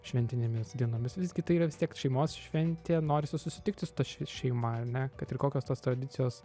šventinėmis dienomis visgi tai yra vis tiek šeimos šventė norisi susitikti su ta šei šeima ane kad ir kokios tos tradicijos